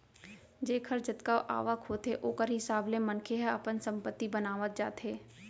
जेखर जतका आवक होथे ओखर हिसाब ले मनखे ह अपन संपत्ति बनावत जाथे